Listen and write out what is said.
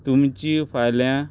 तुमची फाल्यां